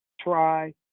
Try